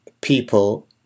people